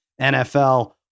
NFL